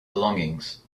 belongings